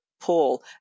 Paul